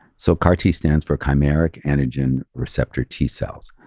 so car-t stands for chimeric antigen receptor t-cells.